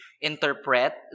interpret